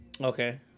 Okay